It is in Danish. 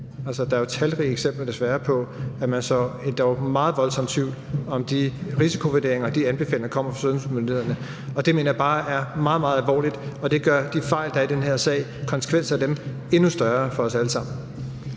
der er jo talrige eksempler, desværre, på, at man sår endog meget voldsom tvivl om de risikovurderinger og de anbefalinger, der kommer fra sundhedsmyndighederne, og det mener jeg bare er meget, meget alvorligt, og det gør de fejl, der er i den her sag, altså konsekvenserne af dem, endnu større for os alle sammen.